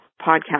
podcast